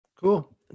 cool